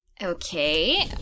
Okay